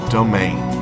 Domain